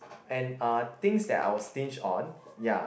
and uh things that I will stinge on ya